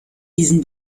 diesen